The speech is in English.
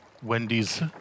Wendy's